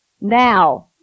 Now